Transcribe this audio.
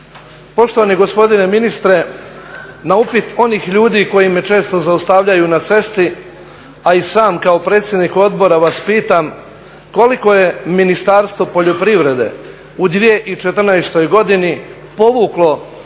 poštovani gospodine ministre na upit onih ljudi koji me često zaustavljaju na cesti, a i sam kao predsjednik Odbora vas pitam koliko je Ministarstvo poljoprivrede u 2014. godini povuklo